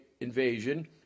invasion